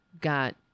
got